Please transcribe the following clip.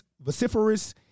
vociferous